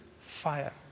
fire